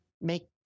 make